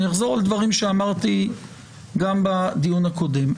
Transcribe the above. אני אחזור על דברים שאמרתי גם בדיון הקודם.